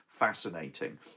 fascinating